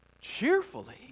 cheerfully